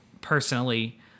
personally